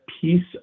piece